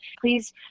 Please